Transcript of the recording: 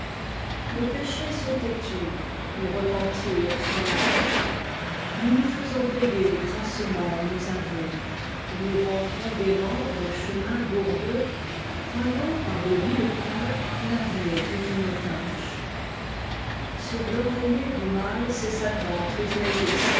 nos péchés sont têtus nos repentirs sont lâches nous nous faisons payer